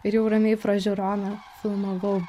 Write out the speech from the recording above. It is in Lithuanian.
ir jau ramiai pro žiūroną filmavau